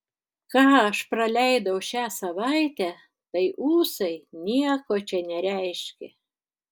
ką aš praleidau šią savaitę tai ūsai nieko čia nereiškia